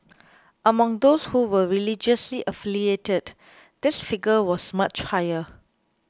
among those who were religiously affiliated this figure was much higher